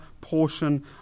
portion